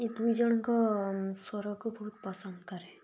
ଏଇ ଦୁଇ ଜଣଙ୍କ ସ୍ଵରକୁ ବହୁତ ପସନ୍ଦ କରେ